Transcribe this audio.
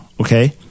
okay